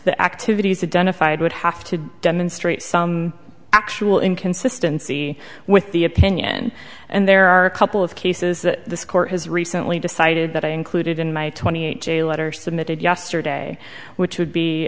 the activities that benefit would have to demonstrate some actual inconsistency with the opinion and there are a couple of cases that this court has recently decided that i included in my twenty eight jail letter submitted yesterday which would be